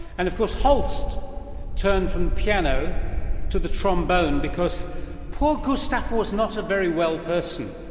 and of course holst turned from piano to the trombone because poor gustav was not a very well person,